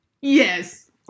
Yes